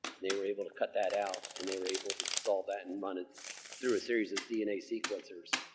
they were able to cut that out and they were able to dissolve that and run it through a series of dna sequencers,